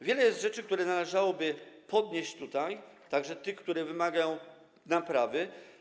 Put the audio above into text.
Wiele jest rzeczy, które należałoby podnieść tutaj, także takich, które wymagają naprawy.